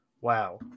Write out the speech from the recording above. wow